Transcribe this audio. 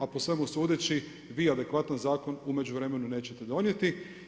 A po svemu sudeći, vi adekvatan zakon u međuvremenu nećete donijeti.